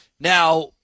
Now